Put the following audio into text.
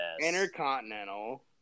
Intercontinental